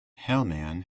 hellman